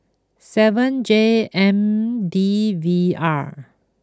seven J M D V R